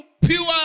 pure